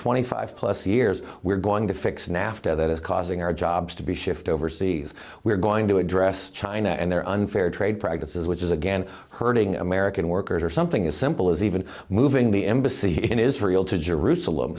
twenty five plus years we're going to fix nafta that is causing our jobs to be shift overseas we're going to address china and their unfair trade practices which is again hurting american workers or something as simple as even moving the embassy in israel to